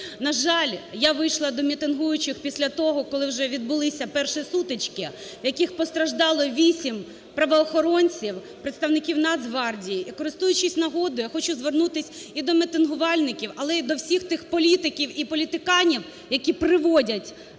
На жаль, я вийшла до мітингуючих після того, як вже відбулися перші сутички, в яких постраждало 8 правоохоронців, представників Нацгвардії. І, користуючись нагодою, я хочу звернутись і до мітингувальників, але і всіх тих політиків і політиканів, які приводять дуже